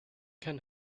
can